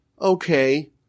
okay